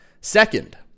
Second